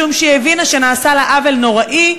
משום שהיא הבינה שנעשה לה עוול נוראי,